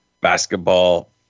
basketball